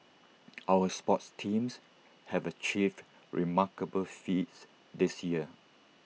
our sports teams have achieved remarkable feats this year